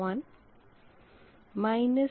उसके बाद माइनस